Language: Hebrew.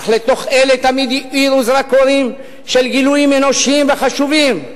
אך לתוך אלה תמיד האירו זרקורים של גילויים אנושיים וחשובים,